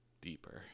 deeper